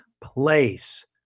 place